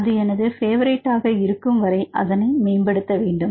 அது எனது ஃபேவரைட் ஆக இருக்கும் வரை அதனை மேம்படுத்த வேண்டும்